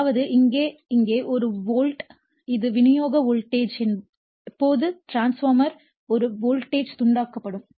அதாவது இங்கே இங்கே ஒரு வோல்ட் இது விநியோக வோல்டேஜ் எப்போதும் டிரான்ஸ்பார்மர்க்கு ஒரு வோல்டேஜ் தூண்டப்படும்